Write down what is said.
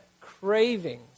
cravings